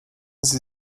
sie